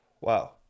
Wow